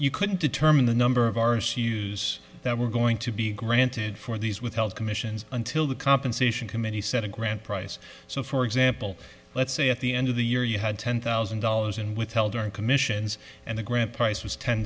you couldn't determine the number of hours use that were going to be granted for these withheld commissions until the compensation committee set a grant price so for example let's say at the end of the year you had ten thousand dollars and withheld our commissions and the grant price was ten